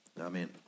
Amen